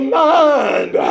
mind